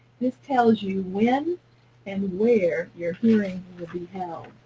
this tells you when and where your hearing will be held.